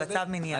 על צו המניעה.